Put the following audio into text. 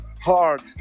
hard